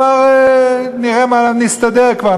נסתדר כבר,